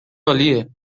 عالیه